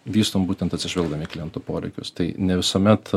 vystom būtent atsižvelgdami į klientų poreikius tai ne visuomet